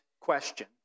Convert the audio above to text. question